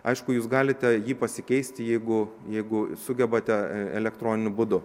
aišku jūs galite jį pasikeisti jeigu jeigu sugebate elektroniniu būdu